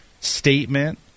statement